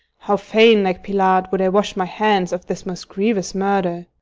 how fain, like pilate, would i wash my hands of this most grievous murder!